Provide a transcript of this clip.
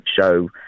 show